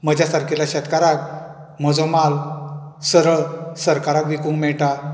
म्हज्या सारकिल्ल्या शेतकाराक म्हजो म्हाल सरळ सरकाराक विकूंक मेळटा